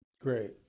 Great